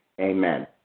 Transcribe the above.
Amen